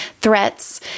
threats